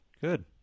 good